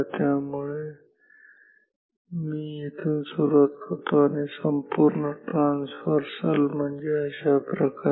त्यामुळे मी इथून सुरुवात करतो आणि संपूर्ण ट्रान्सव्हर्सल म्हणजे अशाप्रकारे